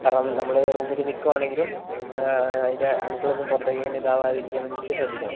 കാരണം നമ്മൾ റൂമിൽ നിൽക്കുകയാണെങ്കിലും അതിൻ്റെ അണുക്കളൊന്നും പുറത്തേക്ക് ഇങ്ങനെ ഇതാവാതിരിക്കാൻ വേണ്ടീട്ട് ശ്രദ്ധിക്കണം